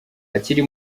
akiri